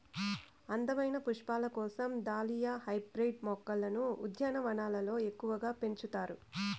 అందమైన పుష్పాల కోసం దాలియా హైబ్రిడ్ మొక్కలను ఉద్యానవనాలలో ఎక్కువగా పెంచుతారు